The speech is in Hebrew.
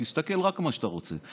תסתכל רק על מה שאתה רוצה.